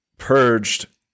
Purged